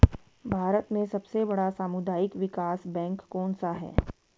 भारत में सबसे बड़ा सामुदायिक विकास बैंक कौनसा है?